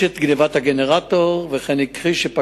חבר הכנסת מיכאל בן-ארי שאל את השר לביטחון